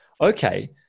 okay